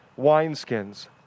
wineskins